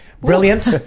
Brilliant